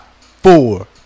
four